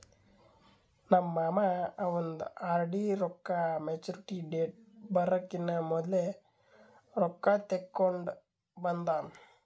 ನಮ್ ಮಾಮಾ ಅವಂದ್ ಆರ್.ಡಿ ರೊಕ್ಕಾ ಮ್ಯಚುರಿಟಿ ಡೇಟ್ ಬರಕಿನಾ ಮೊದ್ಲೆ ರೊಕ್ಕಾ ತೆಕ್ಕೊಂಡ್ ಬಂದಾನ್